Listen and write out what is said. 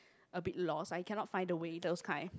a bit lost I cannot find the way those kind